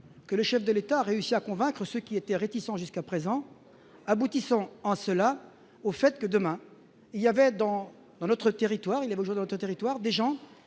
que le chef de l'État a réussi à convaincre ceux qui étaient réticents jusqu'à présent, aboutissant en cela au fait que demain, il y avait dans notre territoire, il a beau jeu d'autres territoires, des gens